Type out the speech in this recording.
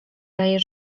daje